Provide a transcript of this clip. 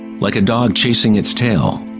like a dog chasing its tail,